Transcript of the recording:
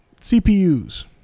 CPUs